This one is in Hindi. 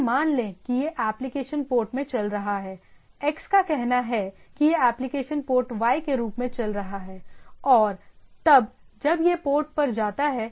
यह मान लें कि यह एप्लिकेशन पोर्ट में चल रहा है x का कहना है कि यह एप्लिकेशन पोर्ट y के रूप में चल रहा है और तब जब यह पोर्ट पर जाता है